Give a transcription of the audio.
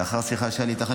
לאחר שיחה שהייתה לי איתך,